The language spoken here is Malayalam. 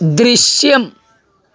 ദൃശ്യം